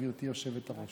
גברתי היושבת-ראש.